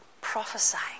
prophesying